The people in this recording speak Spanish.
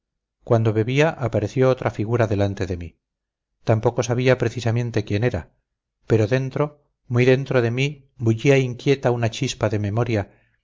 cuando bebía apareció otra figura delante de mí tampoco sabía precisamente quién era pero dentro muy dentro de mí bullía inquieta una chispa de memoria